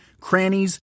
crannies